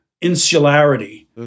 insularity